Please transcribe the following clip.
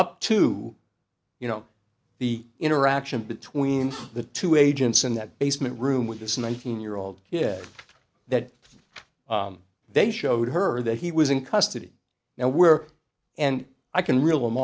up to you know the interaction between the two agents in that basement room with this nineteen year old kid that they showed her that he was in custody now where and i can reel